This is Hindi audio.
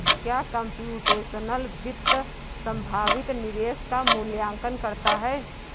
क्या कंप्यूटेशनल वित्त संभावित निवेश का मूल्यांकन करता है?